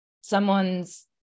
someone's